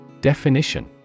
Definition